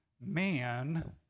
man